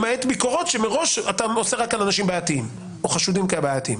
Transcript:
למעט ביקורות שאתה מראש עושה על אנשים בעייתיים או חשודים כבעייתיים.